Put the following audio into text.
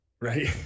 Right